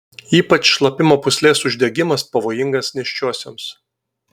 ypač šlapimo pūslės uždegimas pavojingas nėščiosioms